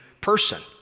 person